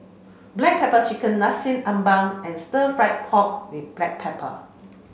black pepper chicken Nasi Ambeng and stir fry pork with black pepper